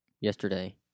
yesterday